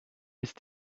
ist